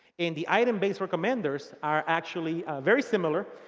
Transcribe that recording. and the item base recommenders are actually very similar.